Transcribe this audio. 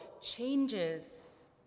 changes